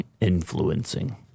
influencing